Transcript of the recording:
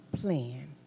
plan